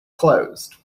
closed